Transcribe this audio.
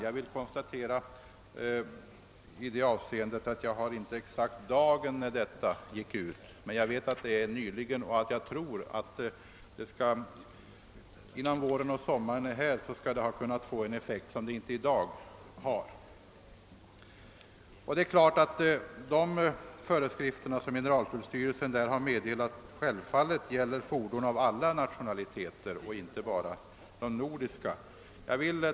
Jag har inte klart för mig exakt vilken dag föreskrifterna gick ut men jag vet att det skedde nyligen, och jag tror att de innan våren och sommaren är här skall ha fått en effekt som de i dag ännu inte har. Självfallet gäller dessa föreskrifter fordon av alla nationaliteter, inte bara nordiska. Herr talman!